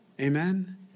Amen